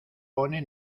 pone